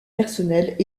personnels